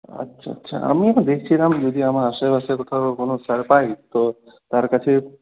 আচ্ছা আচ্ছা আমি দেখছিলাম যদি আমার আশেপাশে কোথাও কোন স্যার পাই তো তার কাছে